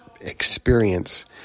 experience